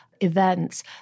events